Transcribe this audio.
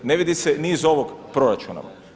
Ne vidi se ni iz ovog proračuna.